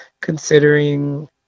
considering